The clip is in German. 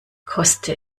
koste